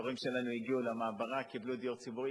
ההורים שלנו הגיעו למעברה וקיבלו דיור ציבורי.